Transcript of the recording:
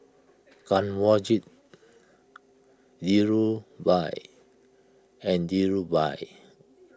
Kanwaljit Dhirubhai and Dhirubhai